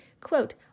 Quote